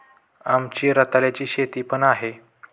आमची रताळ्याची शेती पण आहे